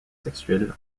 sexuels